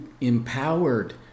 empowered